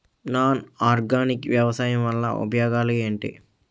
Non organic వ్యవసాయం వల్ల ఉపయోగాలు ఏంటీ?